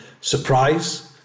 surprise